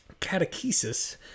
catechesis